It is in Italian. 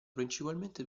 principalmente